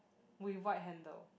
with white handle